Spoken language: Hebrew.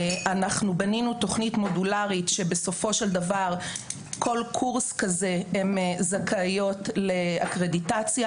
בנינו תוכנית מודולרית שבסופו של דבר הם זכאיות לאדפטציה,